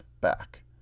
back